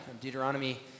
Deuteronomy